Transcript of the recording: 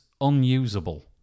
unusable